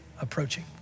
approaching